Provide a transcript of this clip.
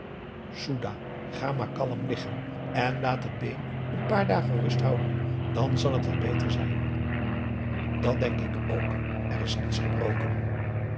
ga maar kalm liggen en laat het been n paar dagen rust houden dan zal het wel beter zijn dat denk ik ook er is niets gebroken